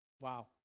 Wow